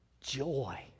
joy